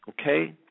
okay